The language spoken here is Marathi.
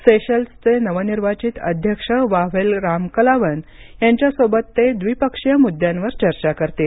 सेशेल्सचे नवनिर्वाचित अध्यक्ष वाव्हेल रामकलावन यांच्यासोबत ते द्विपक्षीय मुद्द्यांवर चर्चा करतील